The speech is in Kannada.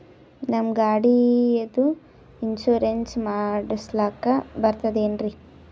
ನಮ್ಮ ಗಾಡಿದು ಇನ್ಸೂರೆನ್ಸ್ ಮಾಡಸ್ಲಾಕ ಬರ್ತದೇನ್ರಿ?